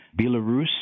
Belarus